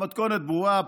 המתכונת ברורה,